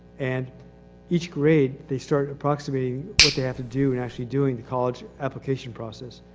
and each grade, they start approximating what they have to do and actually doing the college application process.